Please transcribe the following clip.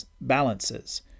balances